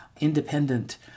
independent